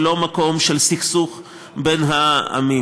ולא מקום של סכסוך בין העמים.